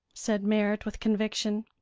said merrit with conviction.